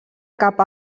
cap